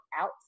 out